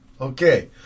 Okay